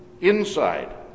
inside